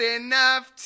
enough